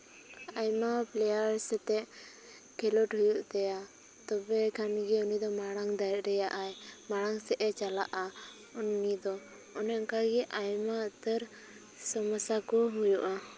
ᱟᱭᱢᱟ ᱯᱞᱮᱭᱟᱨ ᱥᱟᱛᱮᱜ ᱠᱷᱮᱞᱳᱰ ᱦᱩᱭᱩᱜ ᱛᱟᱭᱟ ᱛᱚᱵᱮ ᱠᱷᱟᱱ ᱜᱮ ᱩᱱᱤ ᱫᱚ ᱢᱟᱲᱟᱝ ᱫᱟᱲᱮᱭᱟᱜᱼᱟᱭ ᱢᱟᱲᱟᱝ ᱥᱮᱫ ᱮ ᱪᱟᱞᱟᱜᱼᱟ ᱩᱱᱤ ᱫᱚ ᱚᱱᱮ ᱚᱱᱠᱟ ᱜᱮ ᱟᱭᱢᱟ ᱩᱛᱟᱹᱨ ᱥᱚᱢᱚᱥᱥᱟ ᱠᱚ ᱦᱩᱭᱩᱜᱼᱟ